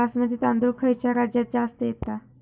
बासमती तांदूळ खयच्या राज्यात जास्त येता?